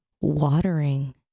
watering